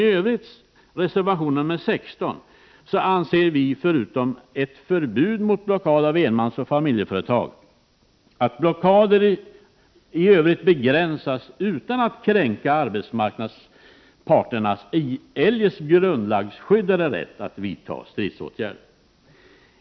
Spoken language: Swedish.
I reservation 16 anser vi, förutom ett förbud mot blockad av enmansoch familjeföretag, att blockader i övrigt skall begränsas mot företag utan att kränka arbetsmarknadsparternas eljest grundlagsskyddade rätt att vidta stridsåtgärder.